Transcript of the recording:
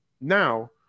Now